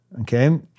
okay